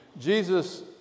Jesus